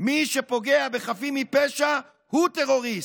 ומי שפוגע בחפים מפשע הוא טרוריסט.